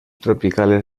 tropicales